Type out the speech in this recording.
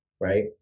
Right